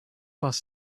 bus